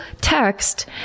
text